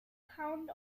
pound